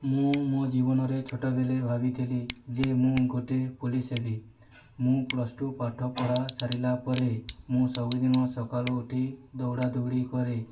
ମୁଁ ମୋ' ଜୀବନରେ ଛୋଟ ବେଳେ ଭାବିଥିଲି ଯେ ମୁଁ ଗୋଟିଏ ପୋଲିସ ହେବି ମୁଁ ପ୍ଲସ ଟୁ ପାଠ ପଢ଼ା ସାରିଲା ପରେ ମୁଁ ସବୁଦିନ ସକାଳୁ ଉଠି ଦୌଡ଼ାଦୌଡ଼ି କରେ